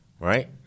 right